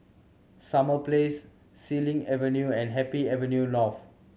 Summer Place Xilin Avenue and Happy Avenue North